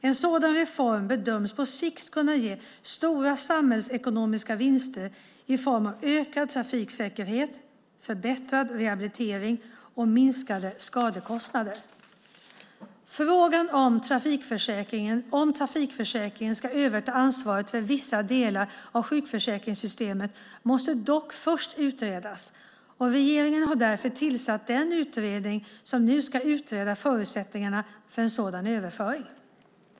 En sådan reform bedöms på sikt kunna ge stora samhällsekonomiska vinster i form av ökad trafiksäkerhet, förbättrad rehabilitering och minskade skadekostnader. Frågan om trafikförsäkringen ska överta ansvaret för vissa delar av sjukförsäkringssystemet måste dock först utredas och regeringen har därför tillsatt den utredning som nu ska utreda förutsättningarna för en sådan överföring.